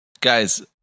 Guys